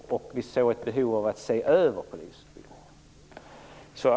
Dessutom har vi sett ett behov av en översyn av polisutbildningen.